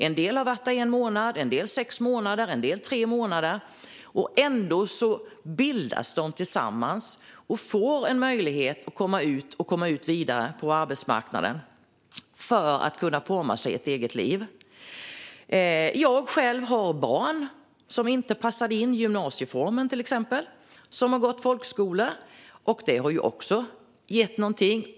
En del har varit där i en månad, en del i sex månader och en del i tre månader. Ändå bildas de tillsammans. De får en möjlighet att komma ut och komma vidare på arbetsmarknaden för att kunna forma sig ett eget liv. Jag själv har barn som till exempel inte passade in i gymnasieformen och som har gått på folkhögskola. Det har också gett någonting.